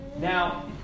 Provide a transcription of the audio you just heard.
Now